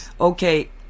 okay